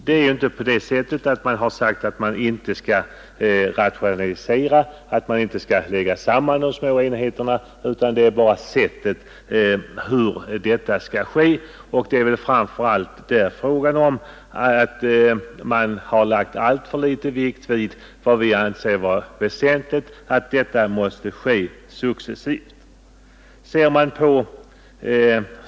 Man har inte sagt att man inte bör rationalisera, att man inte skall lägga samman de små enheterna, utan det är endast frågan om sättet hur det skall ske, och det är framför allt frågan om att man lagt alltför liten vikt vid vad vi anser vara väsentligt, nämligen att detta måste ske successivt.